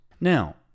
Now